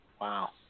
Wow